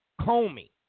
Comey